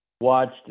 watched